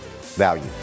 value